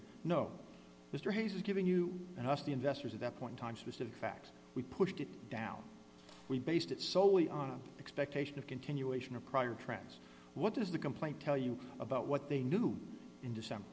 it no mr hayes was giving you and us the investors at that point time specific facts we pushed it down we based it solely on an expectation of continuation of prior trends what does the complaint tell you about what they knew in december